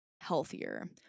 healthier